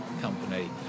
company